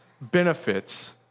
benefits